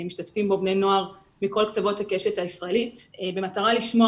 משתתפים בו בני נוער מכל קצוות הקשת הישראלית במטרה לשמוע